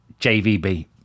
JVB